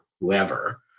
whoever